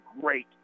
great